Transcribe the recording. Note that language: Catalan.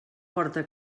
porta